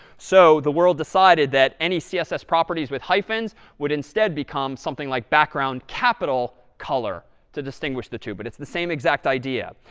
so the world decided that any css properties with hyphens would instead become something like background capital color to distinguish the two. but it's the same exact idea.